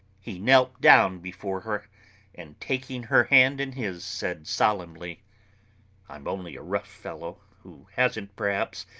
he knelt down before her and taking her hand in his said solemnly i'm only a rough fellow, who hasn't, perhaps,